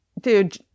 dude